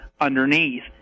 underneath